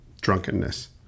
drunkenness